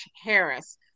Harris